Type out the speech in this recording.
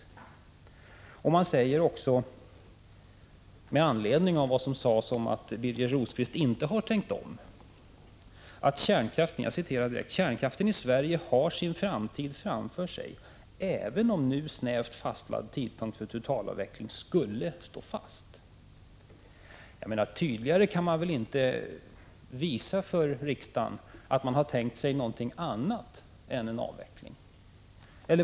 Det heter också — jag säger detta med anledning av påståendet att Birger Rosqvist inte har tänkt om — att kärnkraften i Sverige har en framtid, även om nu snävt fastlagd tidpunkt för totalavveckling skulle stå fast. Tydligare kan man väl inte ange för riksdagen att man har tänkt sig någonting annat än en avveckling.